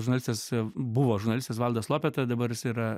žurnalistas buvo žurnalistas valdas lopeta dabar jis yra